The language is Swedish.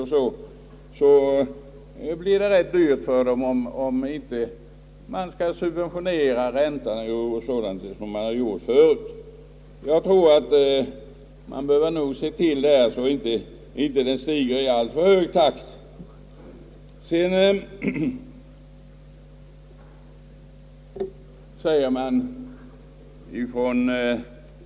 Då blir det mycket dyrt för dem om man inte skall subventionera räntan som man har gjort förut. Jag tror att man bör se till att den inte stiger alltför högt.